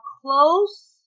close